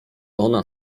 ona